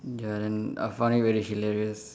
ya then I find it very hilarious